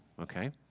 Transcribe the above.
okay